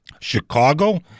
Chicago